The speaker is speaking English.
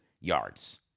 Yards